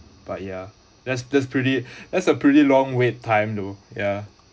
but ya that's that's pretty that's a pretty long wait time though yeah